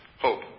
hope